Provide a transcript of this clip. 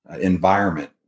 environment